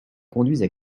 conduisent